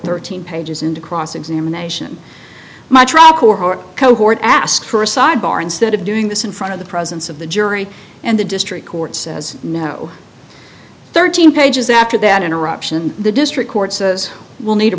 thirteen pages into cross examination my track your cohort ask for a sidebar instead of doing this in front of the presence of the jury and the district court says no thirteen pages after that interruption the district court says we will need a